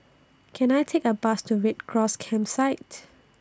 Can I Take A Bus to Red Cross Campsite